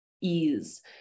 ease